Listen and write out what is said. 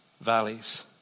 valleys